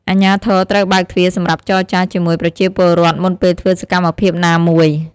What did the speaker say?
អាជ្ញាធរត្រូវបើកទ្វារសម្រាប់ចរចាជាមួយប្រជាពលរដ្ឋមុនពេលធ្វើសកម្មភាពណាមួយ។